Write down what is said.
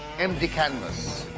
empty canvas.